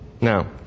Now